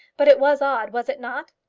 but it was odd was it not?